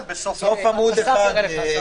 בין-לאומיות.